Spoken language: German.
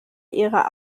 ihrer